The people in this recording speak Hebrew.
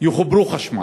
יחברו לחשמל,